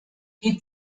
die